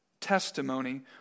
testimony